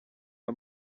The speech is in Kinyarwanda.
aya